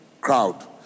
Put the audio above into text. crowd